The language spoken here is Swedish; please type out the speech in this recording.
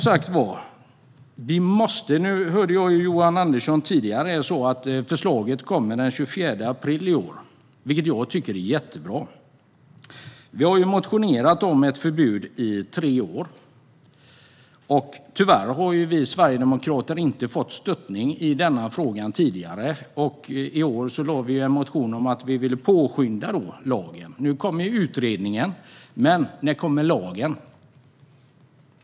Jag hörde Johan Andersson tidigare säga att förslaget kommer den 24 april i år, vilket jag tycker är jättebra. Vi sverigedemokrater har motionerat om ett förbud i tre år men tyvärr inte fått stöd i denna fråga tidigare. I år lade vi fram en motion om att vi ville påskynda lagen. Nu kommer utredningen, men när kommer lagen?